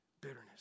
Bitterness